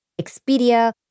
Expedia